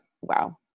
wow